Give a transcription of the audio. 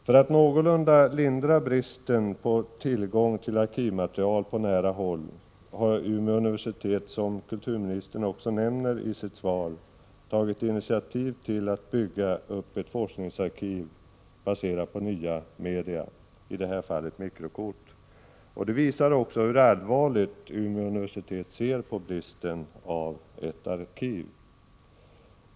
För att någorlunda lindra bristen på tillgång på arkivmaterial på nära håll har Umeå universitet, som kulturministern också nämner i sitt svar, tagit initiativ till att bygga upp ett forskningsarkiv baserat på nya media, i detta fall mikrokort. Det visar hur allvarligt Umeå universitet ser på arkivfrågan.